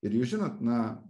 ir jūs žinot na